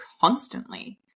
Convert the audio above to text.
constantly